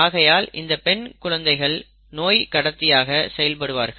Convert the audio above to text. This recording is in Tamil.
ஆகையால் இந்த பெண் குழந்தைகள் நோய் கடத்தியதாக செயல்படுவார்கள்